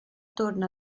torna